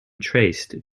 traced